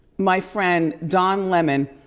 my friend, don lemon,